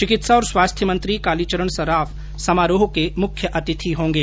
चिकित्सा और स्वास्थ्य मंत्री कालीचरण सराफ समारोह के मुख्य अतिथि होंगे